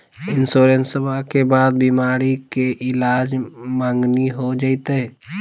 इंसोरेंसबा के बाद बीमारी के ईलाज मांगनी हो जयते?